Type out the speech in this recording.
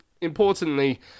importantly